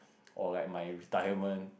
or like my retirement